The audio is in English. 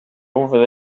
over